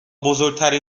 بزرگترین